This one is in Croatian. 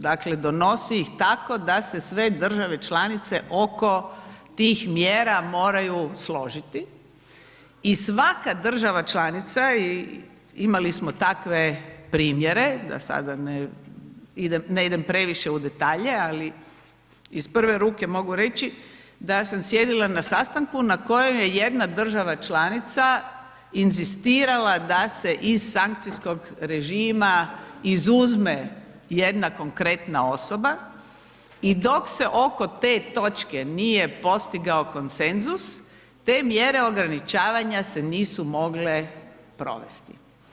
Dakle, donosi ih tako da se sve države članice oko tih mjera moraju složiti i svaka država članica, imali smo takve primjere, da sada ne idem previše u detalje, ali iz prve ruke mogu reći da sam sjedila na sastanku na kojem je jedna država članica inzistirala da se iz sankcijskog režima izuzme jedna konkretna osoba i dok se oko te točke nije postigao konsenzus, te mjere ograničavanja se nisu mogle provesti.